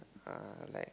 uh like